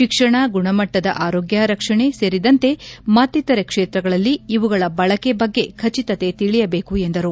ಶಿಕ್ಷಣ ಗುಣಮಟ್ಟದ ಆರೋಗ್ಯ ರಕ್ಷಣೆ ಸೇರಿದಂತೆ ಮತ್ತಿತರೆ ಕ್ಷೇತ್ರಗಳಲ್ಲಿ ಇವುಗಳ ಬಳಕೆ ಬಗ್ಗೆ ಖಟಿತತೆ ತಿಳಿಯಬೇಕು ಎಂದರು